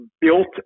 built